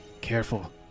careful